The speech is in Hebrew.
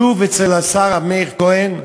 שוב, אצל השר מאיר כהן,